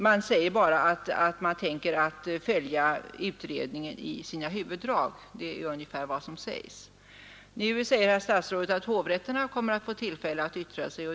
Man säger bara att man tänker följa utredningen i dess huvuddrag. Nu säger statsrådet att hovrätterna kommer att få tillfälle att yttra sig.